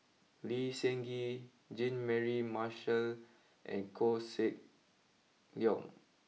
Lee Seng Gee Jean Mary Marshall and Koh Seng Leong